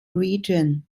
region